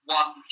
one